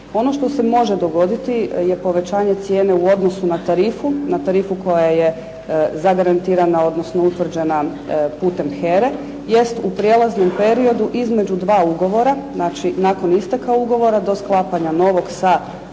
Ono što se može dogoditi je povećanje cijene u odnosu na tarifu, na tarifu koja je zagarantirana, odnosno utvrđena putem HERA-e, jest u prijelaznom periodu između dva ugovora, znači nakon isteka ugovora do sklapanja novog sa istim